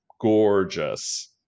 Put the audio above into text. gorgeous